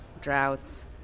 droughts